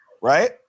right